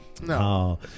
No